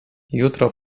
jutro